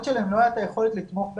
שלאימהות שלהם לא הייתה היכולת לתמוך בהם.